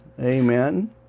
Amen